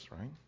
right